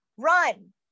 Run